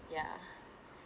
yeah